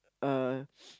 uh